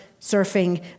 surfing